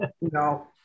No